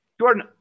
Jordan